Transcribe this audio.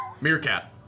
Meerkat